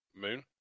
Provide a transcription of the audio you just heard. Moon